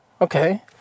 Okay